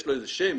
יש לו איזה שם,